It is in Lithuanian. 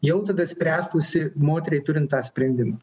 jau tada spręstųsi moteriai turint tą sprendimą